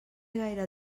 gaire